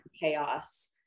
chaos